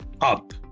up